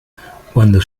cuando